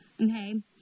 Okay